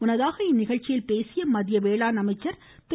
முன்னதாக இந்நிகழ்ச்சியில் பேசிய வேளாண் அமைச்சர் திரு